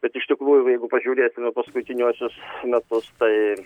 bet iš tikrųjų jeigu pažiūrėtumėme paskutiniuosius metus tai